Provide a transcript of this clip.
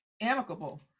amicable